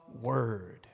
word